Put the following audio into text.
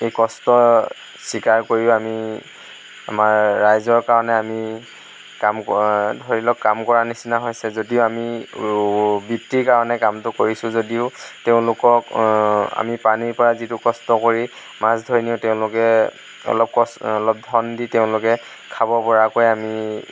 কষ্ট স্বীকাৰ কৰিও আমি আমাৰ ৰাইজৰ কাৰণে আমি কাম ধৰি লওঁক কাম কৰাৰ নিচিনা হৈছে যদিও আমি বৃত্তিৰ কাৰণে কামটো কৰিছোঁ যদিও তেওঁলোকক আমি পানীৰ পৰা যিটো কষ্ট কৰি মাছ ধৰি দিওঁ তেওঁলোকে অলপ অলপ ধন দি তেওঁলোকে খাব পৰাকৈ আমি